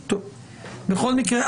בבקשה.